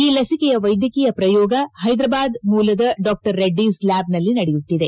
ಈ ಲಿಸಿಕೆಯ ವೈದ್ಯಕೀಯ ಶ್ರಯೋಗ ಹೈದರಾಬಾದ್ ಮೂಲದ ಡಾ ರೆಡ್ನಿಸ್ ಲ್ಲಾಬ್ ನಲ್ಲಿ ನಡೆಯುತ್ತಿದೆ